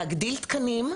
להגדיל תקנים,